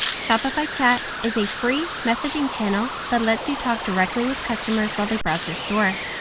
shopify chat is a free messaging channel that lets you talk directly with customers while they browse your store.